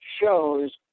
shows